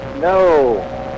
No